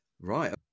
Right